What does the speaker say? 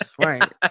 Right